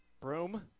Broom